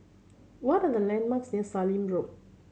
what are the landmarks near Sallim Road